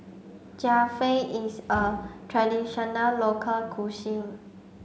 Japchae is a traditional local cuisine